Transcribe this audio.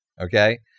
Okay